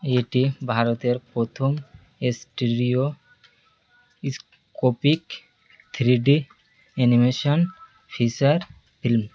এটি ভারতের প্রথম stereoscopic three D animation feature film